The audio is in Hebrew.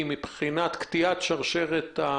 אנחנו מאפשרים את סעיף הסל למשרד הבריאות